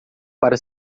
para